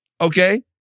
Okay